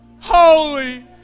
Holy